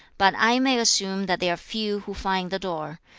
but i may assume that they are few who find the door.